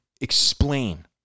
explain